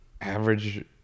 average